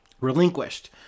relinquished